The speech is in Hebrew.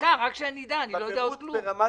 אני עדיין לא יודע כלום.